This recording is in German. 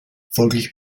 folglich